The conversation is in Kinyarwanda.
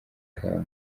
kabo